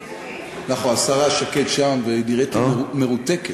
נכון, השרה שקד שם, והיא נראית לי מרותקת.